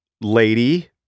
lady